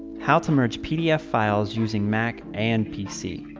how to merge pdf files using mac and pc.